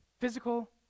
physical